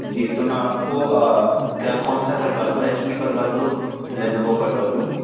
जी तो मैं आपको क कौनसा करवा दूँ एच पी करवा दूँ लेनोवो करवा दूँ